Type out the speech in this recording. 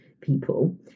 people